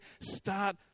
start